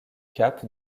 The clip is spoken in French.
cape